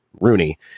Rooney